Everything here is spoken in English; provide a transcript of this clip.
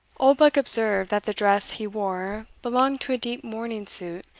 oldbuck observed, that the dress he wore belonged to a deep mourning suit,